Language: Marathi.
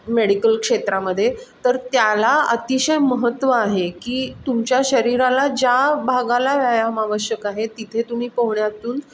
मेडिकल क्षेत्रामध्ये तर त्याला अतिशय महत्त्व आहे की तुमच्या शरीराला ज्या भागाला व्यायाम आवश्यक आहे तिथे तुम्ही पोहण्यातून